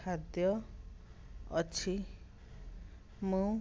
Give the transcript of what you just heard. ଖାଦ୍ୟ ଅଛି ମୁଁ